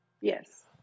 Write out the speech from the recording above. Yes